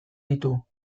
ditu